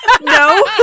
No